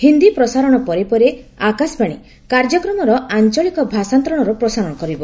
ହିନ୍ଦୀ ପ୍ରସାରଣ ପରେ ପରେ ଆକାଶବାଣୀ କାର୍ଯ୍ୟକ୍ରମର ଆଞ୍ଚଳିକ ଭାଷାନ୍ତରଣର ପ୍ରସାରଣ କରିବ